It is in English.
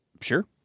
Sure